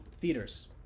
Theaters